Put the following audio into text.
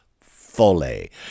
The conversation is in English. folly